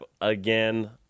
again